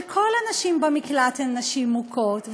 שכל הנשים במקלט הן נשים מוכות,